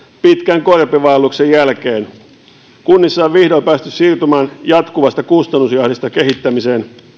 pitkän korpivaelluksen jälkeen useissa kunnissa on vihdoin päästy siirtymään jatkuvasta kustannusjahdista kehittämiseen